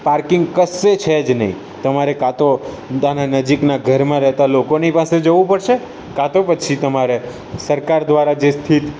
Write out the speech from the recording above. parking કશે છે જ નહીં તમારે કાં તો ત્યાંના નજીકનાં ઘરમાં રહેતાં લોકોની પાસે જવું પડશે કાં તો પછી તમે સરકાર દ્વારા જે સ્થિત